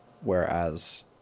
Whereas